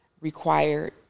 required